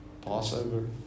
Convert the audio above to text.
Passover